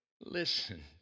Listen